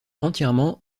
entièrement